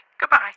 Goodbye